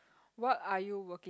what are you working